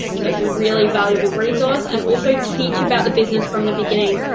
so it's a really valuable resource, and also, teach about the business from the beginning.